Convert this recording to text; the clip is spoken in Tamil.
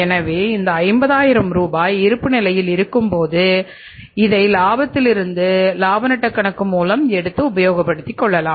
எனவே இந்த 50000 ரூபாய் இருப்புநிலைகளில் இருக்கும்போது இதை லாபத்திலிருந்து இலாப நட்ட கணக்கு மூலம் எடுத்து உபயோகப் படுத்திக் கொள்ளலாம்